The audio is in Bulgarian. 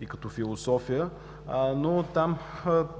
и като философия, но там